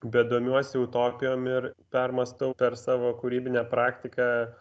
bet domiuosi utopijom ir permąstau per savo kūrybinę praktiką